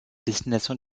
destination